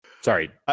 Sorry